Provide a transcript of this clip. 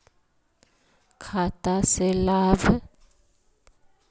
खाता से लाभ?